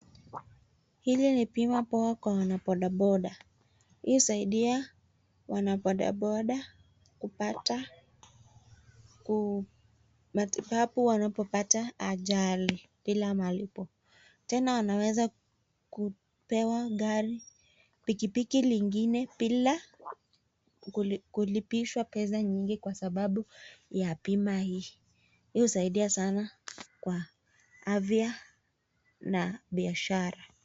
Hili ni bima poa kwa wana bodaboda. Hii husaidia wana bodaboda kupata matibabu wanapopata ajali bila malipo. Tena wanaweza kupewa pikipiki lingine bila kulipishwa pesa nyingi kwa sababu ya bima hii. Husaidia sana kwa afya na biashara.